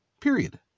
Period